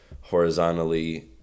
horizontally